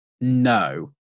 No